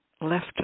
left